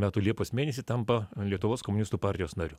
metų liepos mėnesį tampa lietuvos komunistų partijos nariu